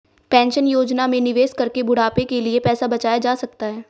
pension योजना में निवेश करके बुढ़ापे के लिए पैसा बचाया जा सकता है